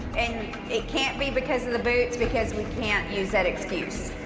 and it can't be because of the boots because we can't use that excuse.